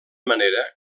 manera